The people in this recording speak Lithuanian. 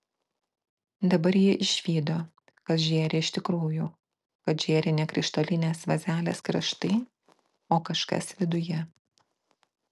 dabar ji išvydo kas žėri iš tikrųjų kad žėri ne krištolinės vazelės kraštai o kažkas viduje